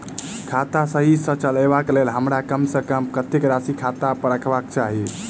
खाता सही सँ चलेबाक लेल हमरा कम सँ कम कतेक राशि खाता पर रखबाक चाहि?